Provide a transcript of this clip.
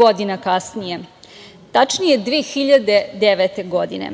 godina kasnije, tačnije 2009. godine,